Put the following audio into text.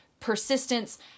persistence